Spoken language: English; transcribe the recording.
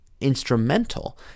instrumental